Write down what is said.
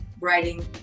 writing